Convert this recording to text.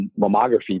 mammography